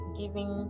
giving